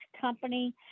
company